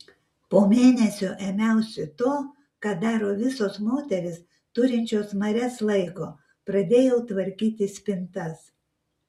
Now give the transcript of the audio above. po mėnesio ėmiausi to ką daro visos moterys turinčios marias laiko pradėjau tvarkyti spintas